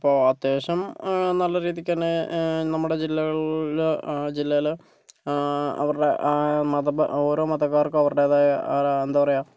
ഇപ്പോൾ അത്യാവശ്യം നല്ലരീതിക്കുതന്നെ നമ്മുടെ ജില്ലകളില് ജില്ലേല് അവരുട് മത ഓരോ മതക്കാർക്കും അവർടെതായ എന്താ പറയാ